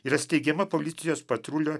yra steigiama policijos patrulio